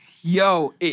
Yo